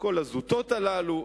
כל הזוטות הללו.